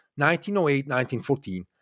1908-1914